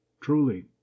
Truly